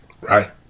Right